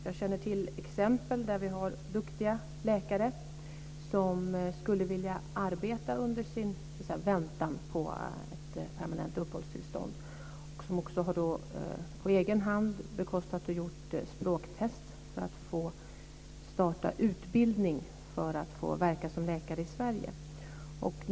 Jag känner till exempel där duktiga läkare, som skulle vilja arbeta under sin väntan på ett permanent uppehållstillstånd, på egen hand har bekostat och gjort språktest för att få starta utbildning för att få verka som läkare i Sverige.